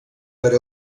per